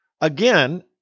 Again